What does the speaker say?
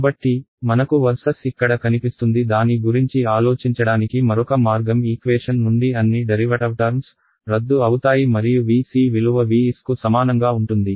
కాబట్టి మనకు Vs ఇక్కడ కనిపిస్తుంది దాని గురించి ఆలోచించడానికి మరొక మార్గం ఈక్వేషన్ నుండి అన్ని ఉత్పన్న పదాలు రద్దు అవుతాయి మరియు Vc విలువ Vs కు సమానంగా ఉంటుంది